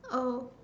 oh